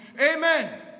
Amen